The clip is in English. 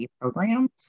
program